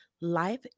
life